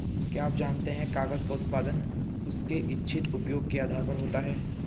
क्या आप जानते है कागज़ का उत्पादन उसके इच्छित उपयोग के आधार पर होता है?